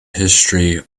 history